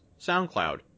SoundCloud